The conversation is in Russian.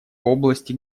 области